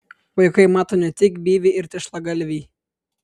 vaikai mato ne tik byvį ir tešlagalvį